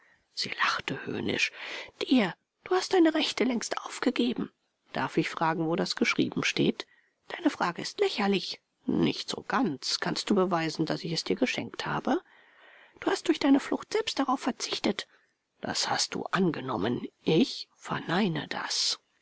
sie lachte höhnisch dir du hast deine rechte längst aufgegeben darf ich fragen wo das geschrieben steht deine frage ist lächerlich nicht so ganz kannst du beweisen daß ich es dir geschenkt habe du hast durch deine flucht selbst darauf verzichtet das hast du angenommen ich verneine das